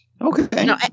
Okay